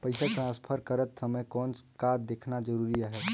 पइसा ट्रांसफर करत समय कौन का देखना ज़रूरी आहे?